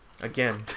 again